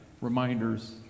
reminders